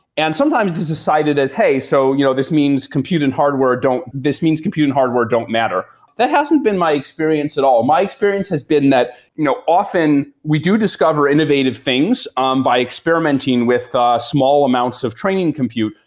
and sometimes this is cited as hey, so you know this means compute and hardware don't this means compute and hardware don't matter that hasn't been my experience at all. my experience has been that you know often, we do discover innovative things um by experimenting with small amounts of training compute,